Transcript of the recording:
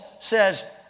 says